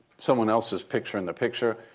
someone else's picture in the picture,